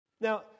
Now